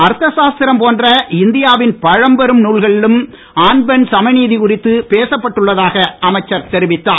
அர்த்த சாஸ்திரம் போன்ற இந்தியாவின் பழம் பெரும் நுல்களிலும் ஆண் பெண் சமநீதி குறித்து பேசப்பட்டுள்ளதாக அமைச்சர் தெரிவித்தார்